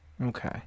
Okay